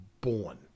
born